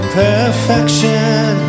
perfection